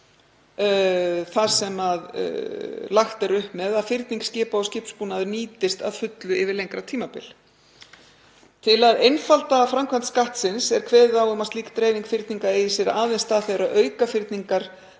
það sem lagt er upp með, að fyrning skipa og skipsbúnaðar nýtist að fullu yfir lengra tímabil. Til að einfalda framkvæmd Skattsins er kveðið á um að slík dreifing fyrninga eigi sér aðeins stað þegar aukafyrningar